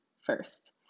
first